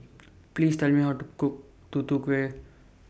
Please Tell Me How to Cook Tutu Kueh